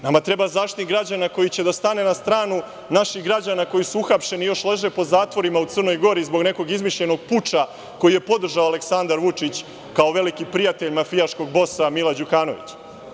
Nama treba Zaštitnik građana koji će da stane na stranu naših građana koji su uhapšeni i još leže po zatvorima u Crnoj Gori zbog nekog izmišljenog puča koji je podržao Aleksandar Vučić kao veliki prijatelj mafijaškog bosa Mila Đukanovića.